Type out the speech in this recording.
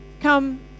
come